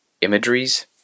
imageries